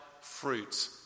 fruit